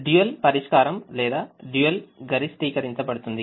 అందువల్ల dualపరిష్కారం లేదా dual గరిష్ఠకరించబడుతుంది